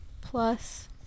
plus